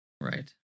Right